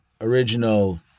original